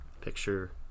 picture